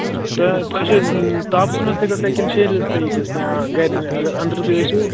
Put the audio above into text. تہٕ تۄہہِ چھِ یہِ تاپَس منٛز تہِ گژھان کِنہٕ شِہلِس سۭتۍ سٍتۍ یا گَرِ اَگر أنٛدرٕ تُہۍ ٲسِو